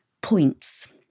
points